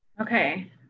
Okay